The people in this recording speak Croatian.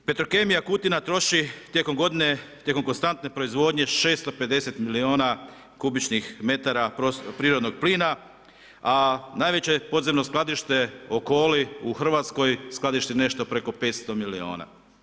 Petrokemija Kutina troši tijekom godine, tijekom konstantne proizvodnje 650 milijuna kubičnih metara prirodnog plina a najveće podzemno skladište Okoli, u Hrvatskoj, skladište nešto preko 500 milijuna.